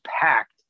packed